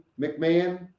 McMahon